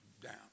down